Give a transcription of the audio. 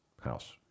house